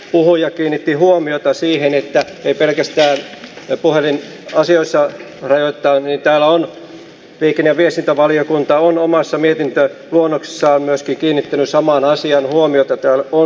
puhuja ympäristövaliokunnan jäsenille ilmoitetaan että ei pelkästään ja pohdin asiaa saa rajoittaa täällä on kykeneviä sitä valiokunta on omassa mietintö luonnoksessaan asti kiinnittyy samaan asiaan huomiota tähän on